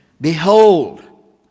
Behold